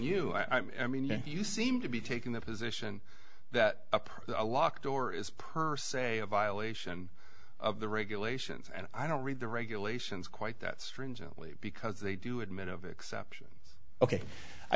you i mean you seem to be taking the position that a person a locked door is per se a violation of the regulations and i don't read the regulations quite that stringently because they do admit of exception ok